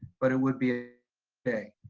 but it would be a day.